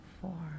four